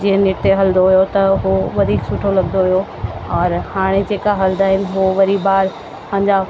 जीअं नृत्य हलंदो हुयो त हो वधीक सुठो लघंदो हुयो और हाणे जेका हलंदा आहिनि हो वरी ॿार पंहिंजा